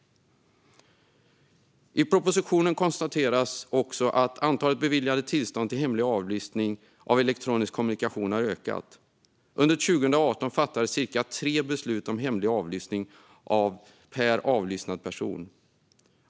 I propositionen konstateras också att antalet beviljade tillstånd för hemlig avlyssning av elektronisk kommunikation har ökat. Under 2018 fattades cirka tre beslut om hemlig avlyssning per avlyssnad person.